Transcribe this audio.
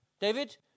David